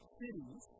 cities